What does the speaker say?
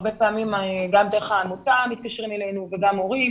הרבה פעמים גם דרך העמותה מתקשרים אלינו וגם הורים